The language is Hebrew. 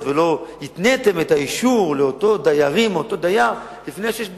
ולא התניתם את האישור לאותו דייר בכך שיש פיתוח?